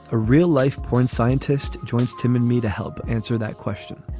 a real life porn scientist joins tim and me to help answer that question